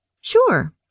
Sure